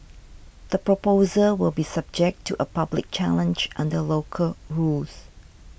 the proposal will be subject to a public challenge under local rules